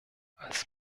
als